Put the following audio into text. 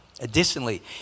Additionally